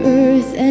earth